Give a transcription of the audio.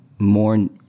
More